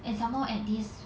and some more at this